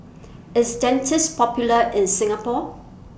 IS Dentiste Popular in Singapore